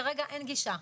כרגע אין גישה.